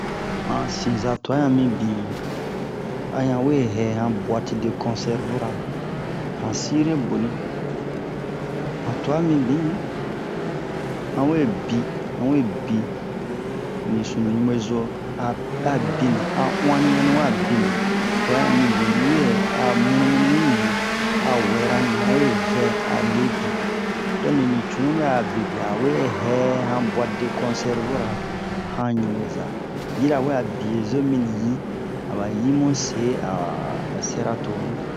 Han sinza twa han mibin a han we hɛ han bwat-de-konservura han sire boni han twa mibin han we bi han we bi ni sunu ɲubezo a a bini a uwani ani wa bini twa han mibin ni we a munu-munu ni yi a wɛra ni a we vɛ a lebin don ni cunu bɛ'a bebian a we hɛ han bwat-de-konservura han ɲubeza yirawe a bie zo mimi yi a ba yi mu se a a sɛra tonu